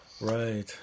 Right